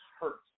hurt